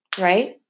Right